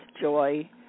joy